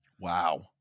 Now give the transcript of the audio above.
Wow